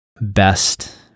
best